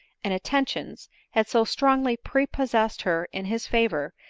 and attentions, had so strongly prepossessed her in his favor,